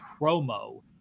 promo